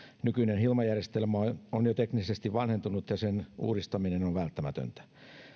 nykyinen hilma järjestelmä on jo teknisesti vanhentunut ja sen uudistaminen on välttämätöntä